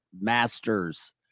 masters